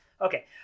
Okay